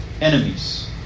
enemies